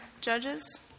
Judges